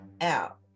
out